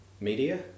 media